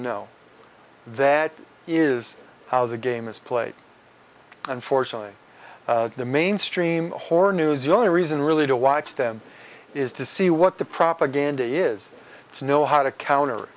know that is how the game is played unfortunately the mainstream horror news the only reason really to watch them is to see what the propaganda is to know how to counter